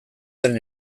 den